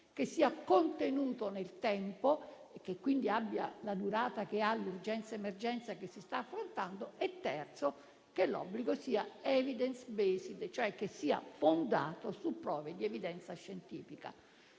che sia contenuto nel tempo e che quindi abbia la durata dell'urgenza ed emergenza che si sta affrontando, e che l'obbligo sia *evidence based,* vale a dire fondato su prove di evidenza scientifica.